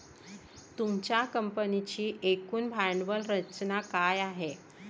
तुमच्या कंपनीची एकूण भांडवल रचना काय आहे?